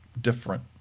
different